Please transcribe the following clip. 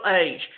age